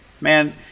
Man